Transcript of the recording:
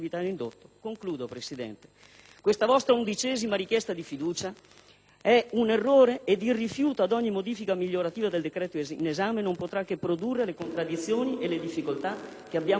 Questa vostra undicesima richiesta di fiducia è un errore ed il rifiuto a ogni modifica migliorativa del decreto-legge in esame non potrà che produrre le contraddizioni e le difficoltà che abbiamo ripetutamente segnalato in questi mesi.